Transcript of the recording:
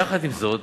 יחד עם זאת,